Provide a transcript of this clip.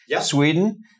Sweden